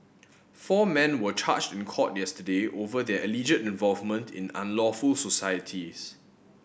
four men were charged in court yesterday over their alleged involvement in unlawful societies